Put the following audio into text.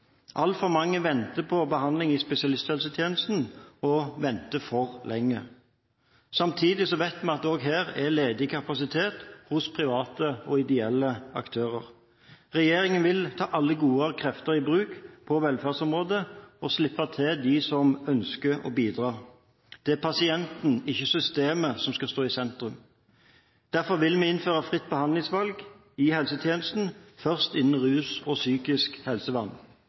Altfor mange venter på behandling i spesialisthelsetjenesten – og venter for lenge. Samtidig vet vi at det også her er ledig kapasitet hos private og ideelle aktører. Regjeringen vil ta alle gode krefter i bruk på velferdsområdet og slippe til de som ønsker å bidra. Det er pasienten, ikke systemet, som skal stå i sentrum. Derfor vil vi innføre fritt behandlingsvalg i helsetjenesten, først innenfor rus og psykisk helsevern,